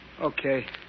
Okay